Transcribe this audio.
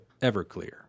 Everclear